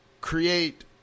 create